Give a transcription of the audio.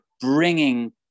bringing